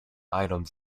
items